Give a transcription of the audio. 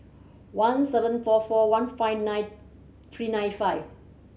one seven four four one five nine three nine five